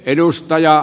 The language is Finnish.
edustaja